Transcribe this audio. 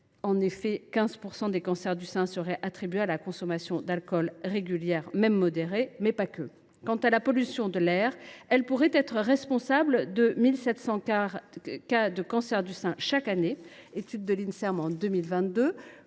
En effet, 15 % des cancers du sein seraient dus à la consommation d’alcool régulière, même modérée. Quant à la pollution de l’air, elle pourrait être responsable de 1 700 cas de cancer du sein chaque année, d’après une étude de l’Inserm de 2022.